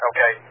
Okay